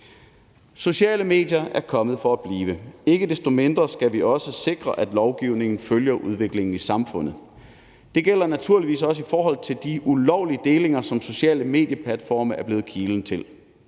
Sociale medier er kommet for at blive. Ikke desto mindre skal vi også sikre, at lovgivningen følger udviklingen i samfundet. Det gælder naturligvis også i forhold til de ulovlige delinger, som sociale medieplatforme er blevet kilden til.